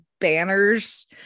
banners